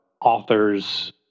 authors